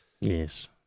Yes